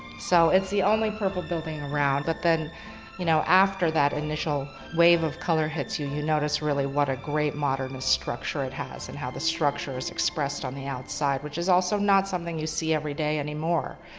so it's the only purple building around but then you know after that initial wave of color hits you, you notice really what a great modernist structure it has and how the structure is expressed on the outside which is also not something you see every day anymore,